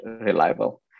reliable